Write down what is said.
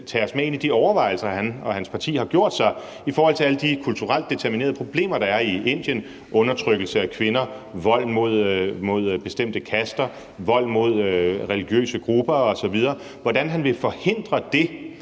tage os med ind i de overvejelser, han og hans parti har gjort sig om alle de kulturelt determinerede problemer, der er i Indien: undertrykkelse af kvinder, vold mod bestemte kaster, vold mod religiøse grupper osv. Hvordan vil han forhindre det,